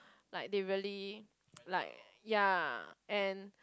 like they really like ya and